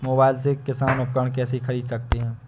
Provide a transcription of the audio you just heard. Mobile से किसान उपकरण कैसे ख़रीद सकते है?